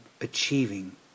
achieving